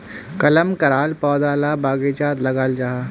कलम कराल पौधा ला बगिचात लगाल जाहा